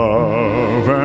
Love